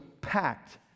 packed